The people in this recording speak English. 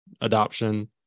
adoption